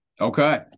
okay